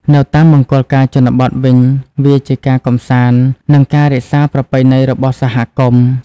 នៅតាមមង្គលការជនបទវិញ វាជាការកម្សាន្តនិងការរក្សាប្រពៃណីរបស់សហគមន៍។